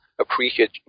appreciate